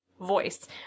voice